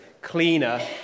cleaner